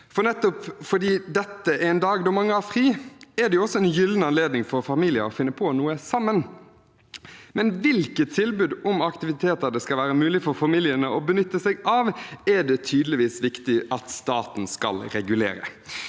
for nettopp fordi dette er en dag da mange har fri, er det også en gyllen anledning for familier til å finne på noe sammen. Men hvilke tilbud om aktiviteter det skal være mulig for familiene å benytte seg av, er det tydeligvis viktig at staten skal regulere.